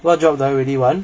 what job do I really want